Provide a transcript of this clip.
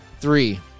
three